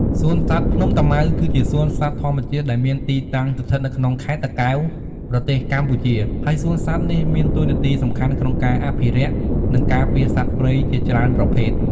សួនសត្វភ្នំតាម៉ៅ គឺជាសួនសត្វធម្មជាតិដែលមានទីតាំងស្ថិតនៅក្នុងខេត្តតាកែវ ប្រទេសកម្ពុជា ហើយសួនសត្វនេះមានតួនាទីសំខាន់ក្នុងការអភិរក្ស និងការពារសត្វព្រៃជាច្រើនប្រភេទ។